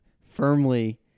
firmly